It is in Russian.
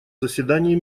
заседании